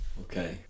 Okay